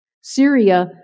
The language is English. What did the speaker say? Syria